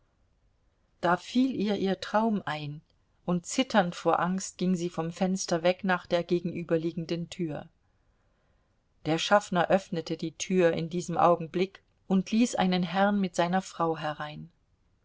da fiel ihr ihr traum ein und zitternd vor angst ging sie vom fenster weg nach der gegenüberliegenden tür der schaffner öffnete die tür in diesem augenblick und ließ einen herrn mit seiner frau herein